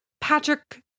Patrick